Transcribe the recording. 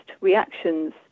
reactions